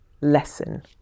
lesson